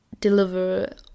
deliver